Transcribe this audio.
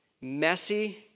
messy